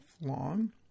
long